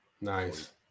Nice